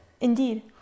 Indeed